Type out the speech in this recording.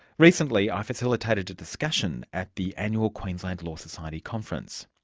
recently, i facilitated a discussion at the annual queensland law society conference.